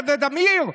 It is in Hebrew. לוולדימיר.